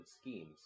schemes